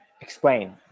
explain